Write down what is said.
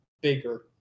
bigger